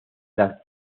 las